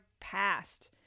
past